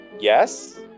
yes